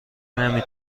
نمی